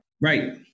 Right